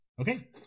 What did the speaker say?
Okay